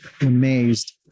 amazed